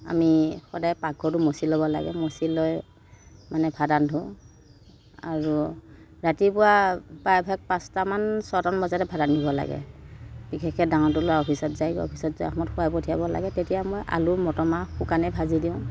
আমি সদায় পাকঘৰটো মচি ল'ব লাগে মচি লৈ মানে ভাত ৰান্ধো আৰু ৰাতিপুৱা প্ৰায়ভাগ পাঁচটামান ছটামান বজাতে ভাত ৰান্ধিব লাগে বিশেষকৈ ডাঙৰটো ল'ৰা অফিচত যায়গৈ অফিচত যোৱা সময়ত খুৱাই পঠাব লাগে তেতিয়া মই আলু মটৰ মাহ শুকানে ভাজি দিওঁ